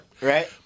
Right